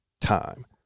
time